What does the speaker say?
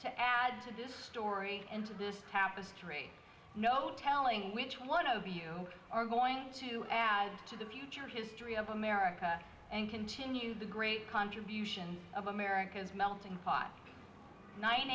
to add to this story and to this tapestry no telling which one of you are going to add to the future history of america and continue the great contributions of america's melting pot nine